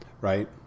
Right